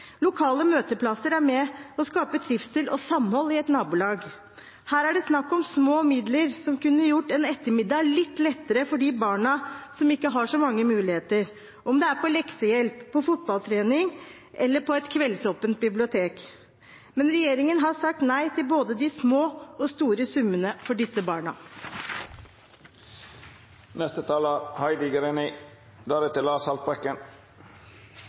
Lokale møteplasser er med på å skape trivsel og samhold i et nabolag. Her er det snakk om små midler, som kunne gjort en ettermiddag litt lettere for de barna som ikke har så mange muligheter – om det er på leksehjelp, på fotballtrening eller på et kveldsåpent bibliotek. Men regjeringen har sagt nei til både de små og de store summene for disse barna.